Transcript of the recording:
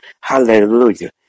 Hallelujah